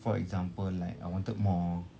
for example like I wanted more